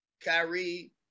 Kyrie